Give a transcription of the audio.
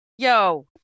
Yo